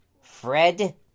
Fred